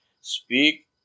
speak